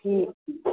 ਠੀਕ